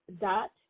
dot